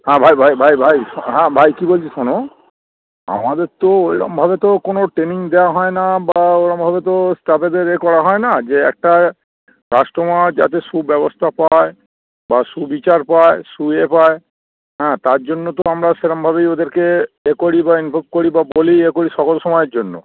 হ্যাঁ ভাই ভাই ভাই ভাই হ্যাঁ হ্যাঁ ভাই কী বলছি শোনো আমাদের তো ওরকমভাবে তো কোনো ট্রেনিং দেওয়া হয় না বা ওরকমভাবে তো স্টাফেদের এ করা হয় না যে একটা কাস্টমার যাতে সুব্যবস্থা পায় বা সুবিচার পায় সু এ পায় হ্যাঁ তার জন্য তো আমরা সেরকমভাবেই ওদেরকে এ করি বা ইনভল্ভ করি বা বলি এ করি সকল সময়ের জন্য